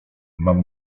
mam